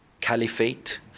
caliphate